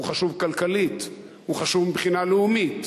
הוא חשוב כלכלית, הוא חשוב מבחינה לאומית.